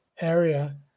area